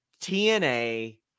TNA